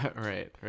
right